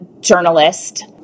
journalist